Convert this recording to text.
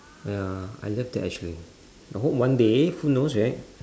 ya I love that actually I hope one day who knows right